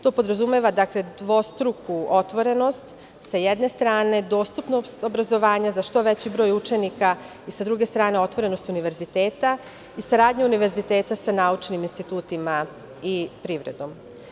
To podrazumeva dvostruku otvorenost sa jedne strane, dostupnost obrazovanja da što veći broj učenika i sa druge strane otvorenost univerziteta i saradnja univerziteta sa naučnim institutima i privredom.